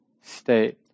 state